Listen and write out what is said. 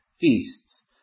feasts